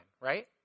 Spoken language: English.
right